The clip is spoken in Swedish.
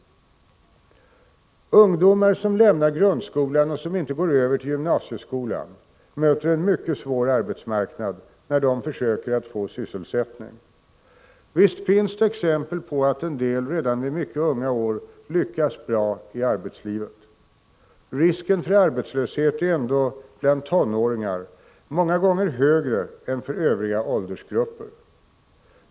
Ungdomar som lämnar grundskolan och som inte går över till gymnasieskolan möter en mycket svår arbetsmarknad när de försöker att få sysselsättning. Visst finns det exempel på att en del redan vid mycket unga år lyckas bra i arbetslivet. Risken för arbetslöshet är ändå bland tonåringar många gånger högre än för övriga åldersgrupper.